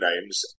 names